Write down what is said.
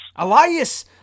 Elias